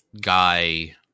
guy